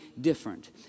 different